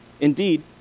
Indeed